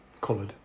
coloured